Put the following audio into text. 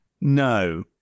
No